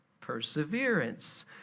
perseverance